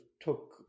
took